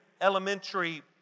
elementary